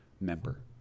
member